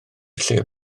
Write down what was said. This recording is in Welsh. llyfr